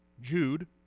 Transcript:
Jude